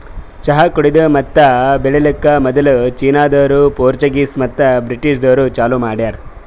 ಚಹಾ ಕುಡೆದು ಮತ್ತ ಬೆಳಿಲುಕ್ ಮದುಲ್ ಚೀನಾದೋರು, ಪೋರ್ಚುಗೀಸ್ ಮತ್ತ ಬ್ರಿಟಿಷದೂರು ಚಾಲೂ ಮಾಡ್ಯಾರ್